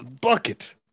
bucket